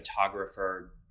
photographer